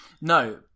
no